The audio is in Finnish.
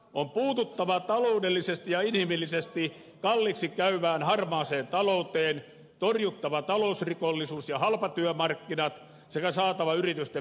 on puututtava taloudellisesti ja inhimillisesti kalliiksi käyvään harmaaseen talouteen torjuttava talousrikollisuus ja halpatyömarkkinat sekä saatava yritysten verotustiedot käyttöön